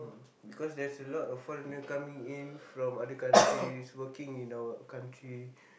mm because there's a lot of foreigner coming in from other countries working in our country